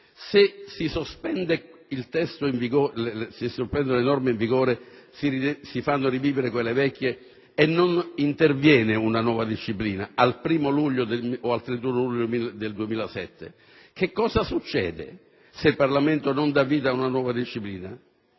se si sospendono le norme in vigore, si fanno rivivere quelle vecchie e non interviene una nuova disciplina al 1° o al 31 luglio del 2007? Che cosa succederà se il Parlamento non emana una nuova disciplina?